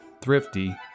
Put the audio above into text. thrifty